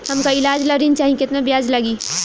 हमका ईलाज ला ऋण चाही केतना ब्याज लागी?